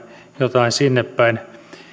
jotain sinnepäin